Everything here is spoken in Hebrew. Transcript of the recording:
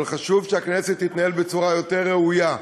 אבל חשוב שהכנסת תתנהל בצורה יותר ראויה.